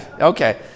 okay